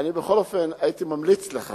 בכל אופן, הייתי ממליץ לך